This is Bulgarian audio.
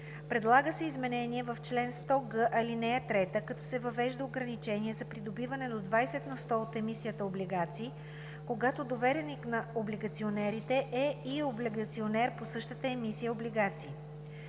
Предлага се изменение в чл. 100г, ал. 3, като се въвежда ограничение за придобиване до 20 на сто от емисията облигации, когато довереник на облигационерите е и облигационер по същата емисия облигации.